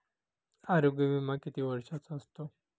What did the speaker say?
आरोग्य विमा किती वर्षांचा असतो?